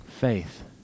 faith